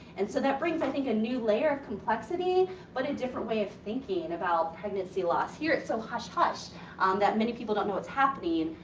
and so, that's brings, i think, a new layer of complexity but a different way of thinking about pregnancy loss. here it's so hush-hush um that many people don't know what's happening.